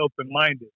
open-minded